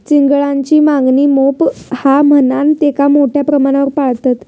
चिंगळांची मागणी मोप हा म्हणान तेंका मोठ्या प्रमाणावर पाळतत